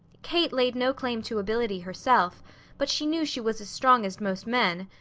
kate laid no claim to ability, herself but she knew she was as strong as most men,